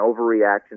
overreaction